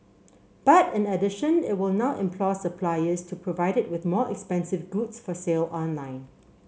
but in addition it will now implore suppliers to provide it with more expensive goods for sale online